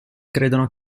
credono